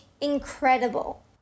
incredible